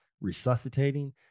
resuscitating